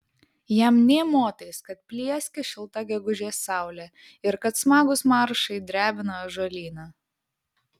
jam nė motais kad plieskia šilta gegužės saulė ir kad smagūs maršai drebina ąžuolyną